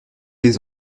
les